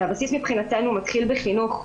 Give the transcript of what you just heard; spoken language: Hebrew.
והבסיס מבחינתנו מתחיל בחינוך.